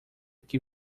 que